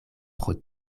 pro